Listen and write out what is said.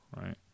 right